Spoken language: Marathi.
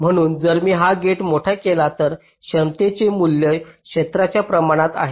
म्हणून जर मी हा गेट मोठा केला तर क्षमतेचे मूल्य क्षेत्राच्या प्रमाणात आहे